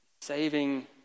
Saving